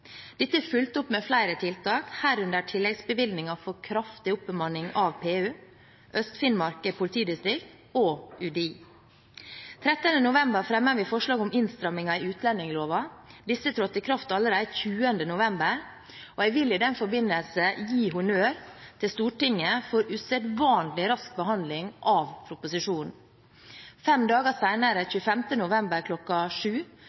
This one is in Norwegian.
Dette er fulgt opp med flere tiltak, herunder tilleggsbevilgninger for kraftig oppbemanning av PU, Øst-Finnmark politidistrikt og UDI. 13. november fremmet vi forslag om innstramming av utlendingsloven. Disse trådte i kraft allerede 20. november, og jeg vil i den forbindelse gi honnør til Stortinget for usedvanlig rask behandling av proposisjonen. Fem dager senere, 25. november